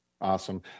Awesome